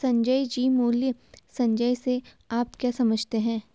संजय जी, मूल्य संचय से आप क्या समझते हैं?